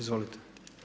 Izvolite.